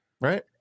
Right